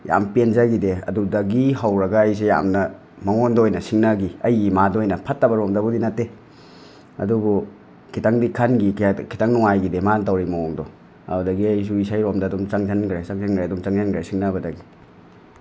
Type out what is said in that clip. ꯌꯥꯝ ꯄꯦꯟꯖꯒꯤꯗꯦ ꯑꯗꯨꯗꯒꯤ ꯍꯧꯔꯒ ꯑꯩꯁꯦ ꯌꯥꯝꯅ ꯃꯉꯣꯟꯗ ꯑꯣꯏꯅ ꯁꯤꯡꯅꯒꯤ ꯑꯩꯒꯤ ꯏꯃꯥꯗ ꯑꯣꯏꯅ ꯐꯠꯇꯕꯔꯣꯝꯗꯕꯨꯗꯤ ꯅꯠꯇꯦ ꯑꯗꯨꯕꯨ ꯈꯤꯇꯪꯗꯤ ꯈꯟꯈꯤ ꯀꯩꯍꯥꯏ ꯈꯤꯇꯪ ꯅꯨꯡꯉꯥꯏꯈꯤꯗꯦ ꯃꯥꯅ ꯇꯧꯔꯤ ꯃꯑꯣꯡꯗꯣ ꯑꯗꯨꯗꯒꯤ ꯑꯩꯁꯨ ꯏꯁꯩꯔꯣꯝꯗ ꯑꯗꯨꯝ ꯆꯪꯖꯟꯈ꯭ꯔꯦ ꯆꯪꯖꯟꯈ꯭ꯔꯦ ꯑꯗꯨꯝ ꯆꯪꯖꯟꯈ꯭ꯔꯦ ꯁꯤꯡꯅꯕꯗꯒꯤ